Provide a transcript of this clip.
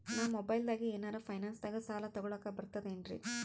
ನಾ ಮೊಬೈಲ್ದಾಗೆ ಏನರ ಫೈನಾನ್ಸದಾಗ ಸಾಲ ತೊಗೊಲಕ ಬರ್ತದೇನ್ರಿ?